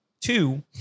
Two